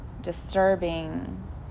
disturbing